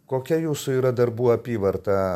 kokia jūsų yra darbų apyvarta